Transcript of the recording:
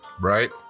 Right